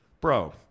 Bro